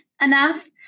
enough